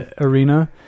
arena